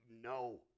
No